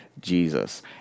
Jesus